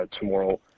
tomorrow